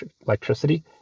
electricity